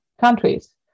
countries